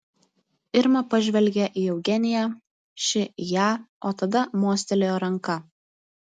irma pažvelgė į eugeniją ši į ją o tada mostelėjo ranka